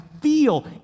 feel